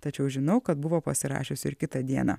tačiau žinau kad buvo pasirašius ir kitą dieną